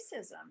racism